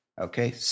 Okay